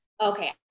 Okay